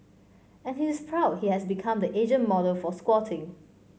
and he is proud he has become the Asian model for squatting